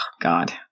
God